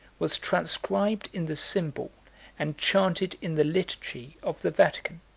was transcribed in the symbol and chanted in the liturgy of the vatican.